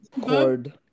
cord